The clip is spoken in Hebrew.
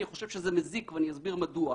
אני חושב שזה מזיק ואני אסביר מדוע.